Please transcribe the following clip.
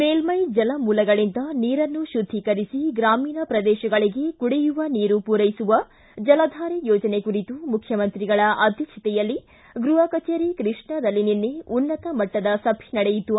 ಮೇಲ್ಟೆ ಜಲಮೂಲಗಳಿಂದ ನೀರನ್ನು ಶುದ್ದೀಕರಿಸಿ ಗ್ರಾಮೀಣ ಪ್ರದೇಶಗಳಿಗೆ ಕುಡಿಯುವ ನೀರು ಪೂರೈಸುವ ಜಲಧಾರೆ ಯೋಜನೆ ಕುರಿತು ಮುಖ್ಯಮಂತ್ರಿಗಳ ಅಧ್ಯಕ್ಷತೆಯಲ್ಲಿ ಗೃಹ ಕಚೇರಿ ಕೃಷ್ಣಾದಲ್ಲಿ ನಿನ್ನೆ ಉನ್ನತ ಮಟ್ಟದ ಸಭೆ ನಡೆಯಿತು